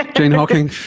jane hocking,